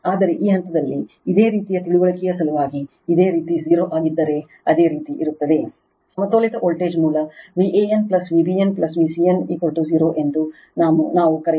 ಆದರೆ ಈ ಹಂತದಲ್ಲಿ ಇದೇ ರೀತಿಯ ತಿಳುವಳಿಕೆಯ ಸಲುವಾಗಿ ಇದೇ ರೀತಿ 0 ಆಗಿದ್ದರೆ ಅದೇ ರೀತಿ ಇರುತ್ತದೆ ಸಮತೋಲಿತ ವೋಲ್ಟೇಜ್ ಮೂಲ Van Vbn Vcn 0 ಎಂದು ನಾವು ಕರೆಯುತ್ತೇವೆ